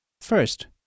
First